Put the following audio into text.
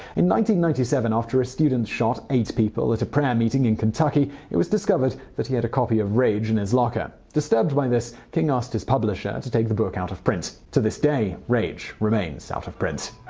ninety ninety seven, after a student shot eight people at a prayer meeting in kentucky, it was discovered that he had a copy of rage in his locker. disturbed by this, king asked his publisher to take the book out of print. to this day, rage remains out of print.